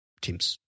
teams